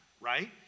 right